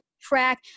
track